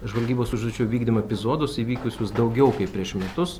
žvalgybos užduočių vykdymo epizodus įvykusius daugiau kaip prieš metus